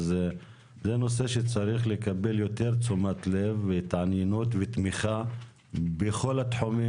אז זה נושא שצריך לקבל יותר תשומת לב והתעניינות ותמיכה בכל התחומים,